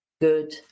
good